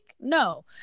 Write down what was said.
no